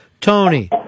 Tony